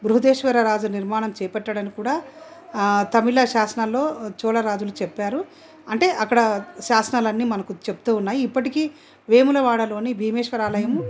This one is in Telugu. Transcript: బృహదేశ్వర రాజు నిర్మాణం చేపట్టాడని కూడా తమిళ శాసనాలలో చోళ రాజులు చెప్పారు అంటే అక్కడ శాసనాలన్నీ మనకు చెప్తూ ఉన్నాయి ఇప్పటికీ వేములవాడలోని భీమేశ్వరాలయము